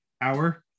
hour